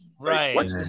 Right